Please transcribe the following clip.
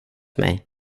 mig